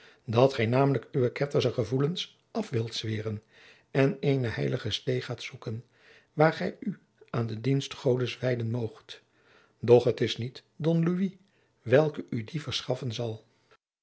dat gij namelijk uwe kettersche gevoelens af wilt zweeren en eene heilige steê gaat zoeken waar gij u aan de dienst godes wijden moogt doch het is niet don louis welke u die verschaffen zal